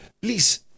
Please